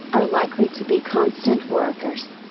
are likely to be constant workers.